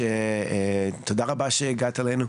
תודה רבה שהגעת אלינו.